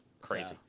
Crazy